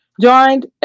joined